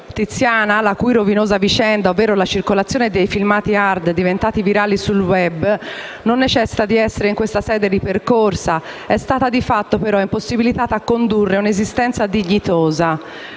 Tiziana, la cui rovinosa vicenda, ossia la circolazione dei filmati *hard* diventati virali sul *web*, non necessita in questa sede di essere ripercorsa, è stata di fatto però impossibilitata a condurre un'esistenza dignitosa.